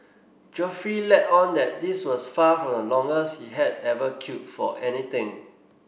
Geoffrey let on that this was far from the longest he had ever queued for anything